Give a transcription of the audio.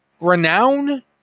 Renown